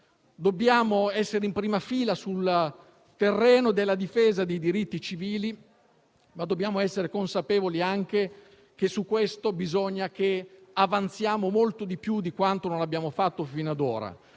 dobbiamo essere in prima fila sul terreno della difesa dei diritti civili, ma anche essere consapevoli che su questo bisogna avanzare molto di più di quanto non abbiamo fatto fino ad ora.